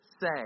say